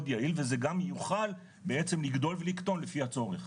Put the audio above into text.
יעיל וזה גם יוכל בעצם לגדול ולקטון לפי הצורך.